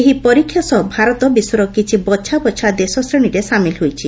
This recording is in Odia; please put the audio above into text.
ଏହି ପରୀକ୍ଷା ସହ ଭାରତ ବିଶ୍ୱର କିଛି ବଛା ବଛା ଦେଶ ଶ୍ରେଣୀରେ ସାମିଲ ହୋଇଛି